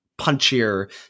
punchier